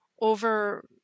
over